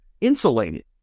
insulated